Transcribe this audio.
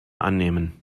annehmen